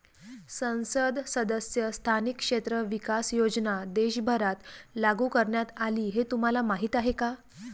संसद सदस्य स्थानिक क्षेत्र विकास योजना देशभरात लागू करण्यात आली हे तुम्हाला माहीत आहे का?